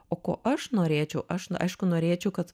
o ko aš norėčiau aš aišku norėčiau kad